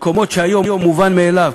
מקומות שהיום הם מובן מאליו,